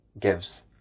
gives